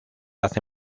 hace